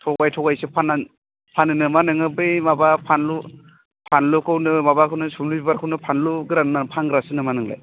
थगाय थगायसो फानना फानो नामा नोङो बै माबा फानलु फानलुखौ नोङो माबाखौनो सुमलि बिबारखौनो फानलु गोरान होनना फानग्रासो नामा नोंलाय